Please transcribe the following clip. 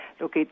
look